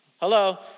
Hello